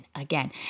again